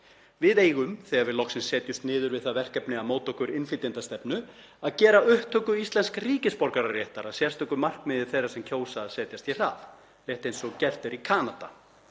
Við eigum, þegar við loksins setjumst niður við það verkefni að móta okkur innflytjendastefnu, að gera upptöku íslensks ríkisborgararéttar að sérstöku markmiði þeirra sem kjósa að setjast hér að, rétt eins og gert er í Kanada.